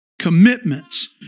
commitments